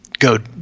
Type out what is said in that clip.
Go